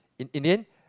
in in the end